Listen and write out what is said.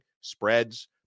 spreads